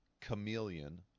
chameleon